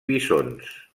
bisons